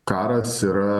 karas yra